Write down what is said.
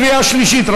קריאה שלישית,